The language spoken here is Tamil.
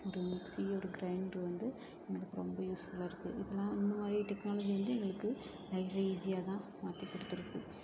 ஒரு மிக்ஸியோ ஒரு க்ரெண்டரோ வந்து எனக்கு ரொம்ப யூஸ்ஃபுல்லாக இருக்குது இதெல்லாம் வந்து நிறைய டெக்னாலஜி வந்து எங்களுக்கு நிறைய ஈஸியாக தான் மாற்றி கொடுத்துருக்கு